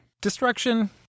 Destruction